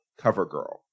CoverGirl